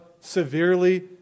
severely